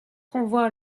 renvoie